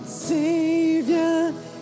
Savior